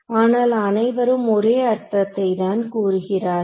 ஆனால் அனைவரும் ஒரே அர்த்தத்தை தான் கூறுகிறார்கள்